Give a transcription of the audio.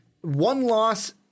one-loss